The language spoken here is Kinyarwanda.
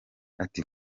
ati